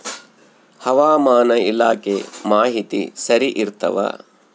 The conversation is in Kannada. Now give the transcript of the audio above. ಹವಾಮಾನ ಇಲಾಖೆ ಮಾಹಿತಿ ಸರಿ ಇರ್ತವ?